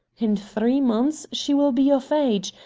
in three months she will be of age,